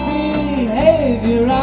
behavior